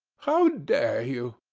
how dare you?